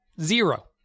Zero